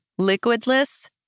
liquidless